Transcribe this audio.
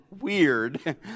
Weird